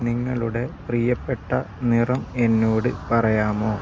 നിങ്ങളുടെ പ്രിയപ്പെട്ട നിറം എന്നോട് പറയാമോ